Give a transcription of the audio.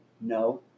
No